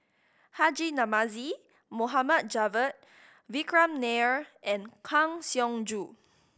Haji Namazie Mohd Javad Vikram Nair and Kang Siong Joo